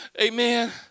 Amen